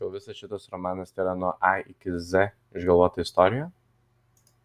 gal visas šitas romanas tėra nuo a iki z išgalvota istorija